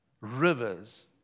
rivers